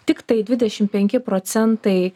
tiktai dvidešimt penki procentai